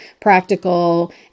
practical